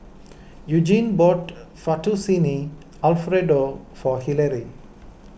Eugene bought Fettuccine Alfredo for Hillary